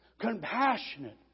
compassionate